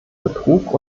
betrug